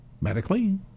medically